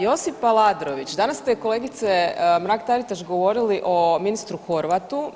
Josip Aladrović, danas ste kolegice Mrak-Taritaš govorili o ministru Horvatu.